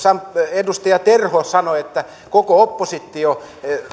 edustaja terho sanoi että koko oppositio